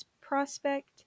Prospect